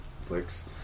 flicks